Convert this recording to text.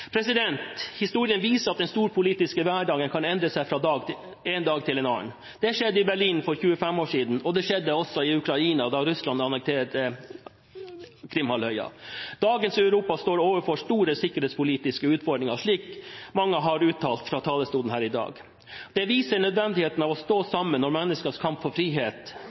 endre seg fra en dag til en annen. Det skjedde i Berlin for 25 år siden, og det skjedde i Ukraina da Russland annekterte Krimhalvøya. Dagens Europa står overfor store sikkerhetspolitiske utfordringer, slik mange har uttalt fra talerstolen her i dag. Det viser nødvendigheten av å stå sammen når menneskers kamp for frihet